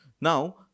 Now